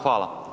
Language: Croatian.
Hvala.